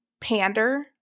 Pander